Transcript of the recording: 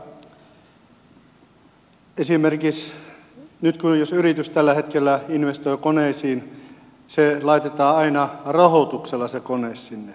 esimerkiksi nyt jos yritys tällä hetkellä investoi koneisiin kone laitetaan aina rahoituksella